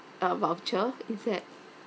uh voucher is that